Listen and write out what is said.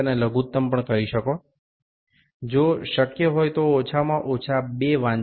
অন্তত যদি সম্ভব হয় তাহলে উভয় পাঠই নেওয়া প্রয়োজন